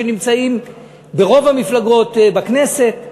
שנמצאים ברוב המפלגות בכנסת.